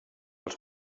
els